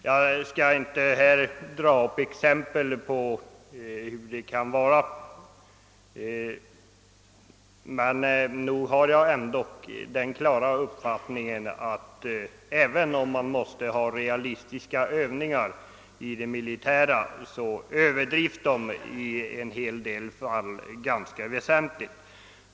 Jag skall inte här dra fram några exempel på hur det kan förhålla sig, men nog har jag den bestämda uppfattningen att även om man måste ha realistiska övningar i det militära, så överdrivs de i en hel del fall ganska väsentligt.